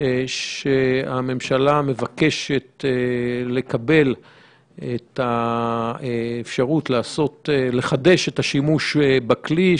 של הממשלה לקבל את האפשרות לחדש את השימוש בכלי.